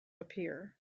appear